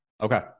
Okay